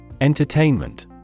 Entertainment